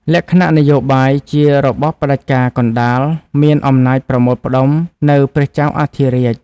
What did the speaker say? លក្ខណៈនយោបាយ ជារបបផ្ដាច់ការកណ្ដាល មានអំណាចប្រមូលផ្តុំនៅព្រះចៅអធិរាជ។